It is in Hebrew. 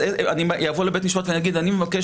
אני אבוא לבית משפט ואני אומר שאני מבקש